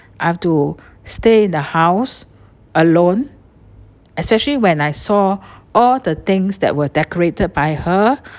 I have to stay in the house alone especially when I saw all the things that were decorated by her